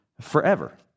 forever